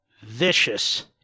vicious